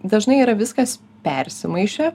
dažnai yra viskas persimaišę